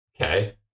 Okay